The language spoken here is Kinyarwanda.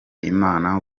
imana